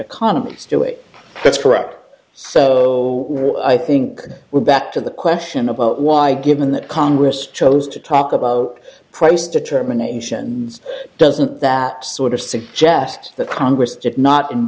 a that's correct so i think we're back to the question about why given that congress chose to talk about price determinations doesn't that sort of suggest that congress did not